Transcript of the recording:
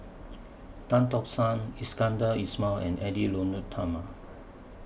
Tan Tock San Iskandar Ismail and Edwy Lyonet Talma